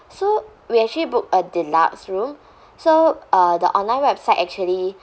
so we actually booked a deluxe room so uh the online website